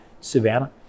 savannah